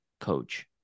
coach